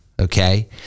Okay